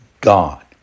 God